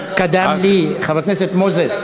חבר הכנסת מוזס,